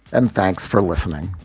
and thanks for listening